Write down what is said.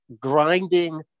grinding